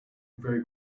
very